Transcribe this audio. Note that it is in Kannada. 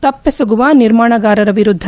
ತಪ್ಪೆಸಗುವ ನಿರ್ಮಾಣಗಾರರ ವಿರುದ್ಲ